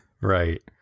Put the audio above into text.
Right